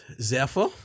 Zephyr